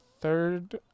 third